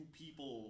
people